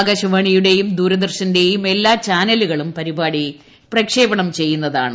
ആക്ട്ടുശവാണിയുടെയും ദൂരദർശന്റെയും എല്ലാ ചാനലുകളൂർ പ്ലിപാടി പ്രക്ഷേപണം ചെയ്യുന്നതാണ്